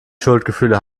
schuldgefühle